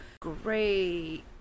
great